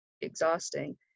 exhausting